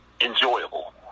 enjoyable